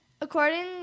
According